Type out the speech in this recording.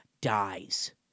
dies